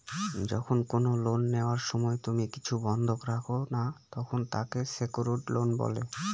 যখন কোনো লোন নেওয়ার সময় তুমি কিছু বন্ধক রাখো না, তখন তাকে সেক্যুরড লোন বলে